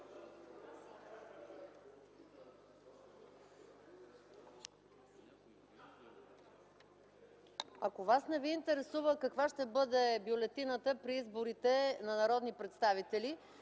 Ако вас не ви интересува каква ще бъде бюлетината при изборите за народни представители,